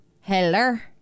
Heller